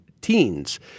teens